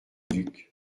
duc